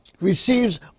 receives